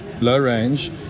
low-range